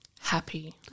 Happy